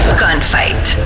gunfight